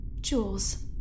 Jules